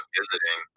visiting